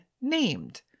named